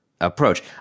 approach